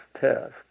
test